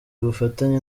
ubufatanye